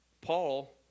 paul